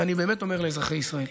ואני באמת אומר לאזרחי ישראל: